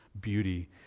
beauty